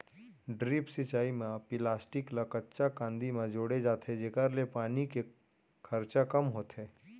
drip सिंचई म plastic ल कच्चा कांदी म जोड़े जाथे जेकर ले पानी के खरचा कम होथे